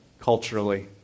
culturally